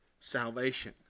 salvation